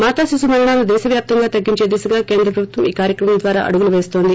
మాతా శిశుమరణాలను దేశవ్యాప్తంగా తగ్గించే దిశగా కేంద్ర ప్రభుత్వం ఈ కార్యక్రమం ద్వారా అడుగులు పేస్తుంది